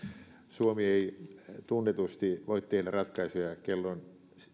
suomi ei tunnetusti voi tehdä ratkaisuja